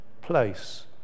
place